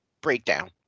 breakdown